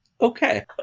okay